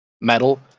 metal